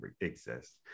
exist